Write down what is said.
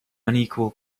unequal